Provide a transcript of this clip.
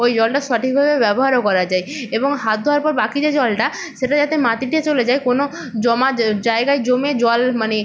ওই জলটা সঠিকভাবে ব্যবহারও করা যায় এবং হাত ধোওয়ার পর বাকি যে জলটা সেটা যাতে মাটিতে চলে যায় কোনো জমা জায়গায় জমে জল মানে